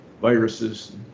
viruses